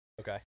Okay